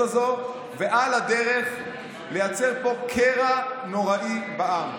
הזאת ועל הדרך לייצר פה קרע נוראי בעם.